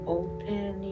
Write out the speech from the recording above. open